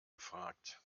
gefragt